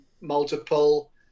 multiple